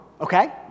okay